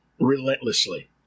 relentlessly